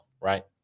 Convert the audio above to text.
Right